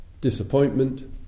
Disappointment